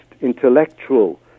intellectual